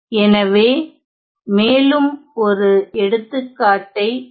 எனவே மேலும் ஒரு எடுத்துக்காட்டை காண்போம்